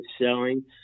selling